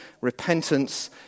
repentance